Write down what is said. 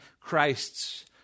Christ's